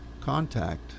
contact